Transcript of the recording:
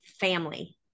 family